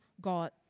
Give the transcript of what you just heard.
God